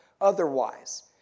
otherwise